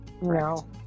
No